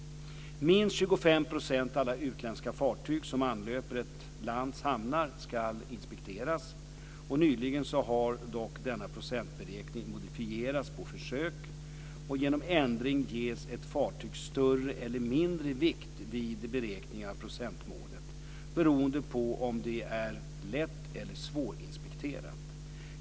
Minst 25 % av alla utländska fartyg som anlöper ett lands hamnar ska inspekteras. Nyligen har dock denna procentberäkning modifierats på försök. Genom ändringen ges ett fartyg större eller mindre vikt vid beräkningen av procentmålet, beroende på om det är lätt eller svårinspekterat.